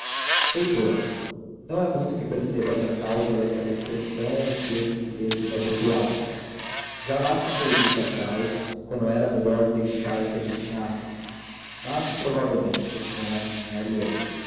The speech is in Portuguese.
leitor não é muito que percebas a causa daquela expressão e desses dedos abotoados já lá ficou dita atrás quando era melhor deixar que a adivinhasses mas provavelmente não